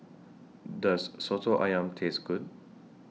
Does Soto Ayam Taste Good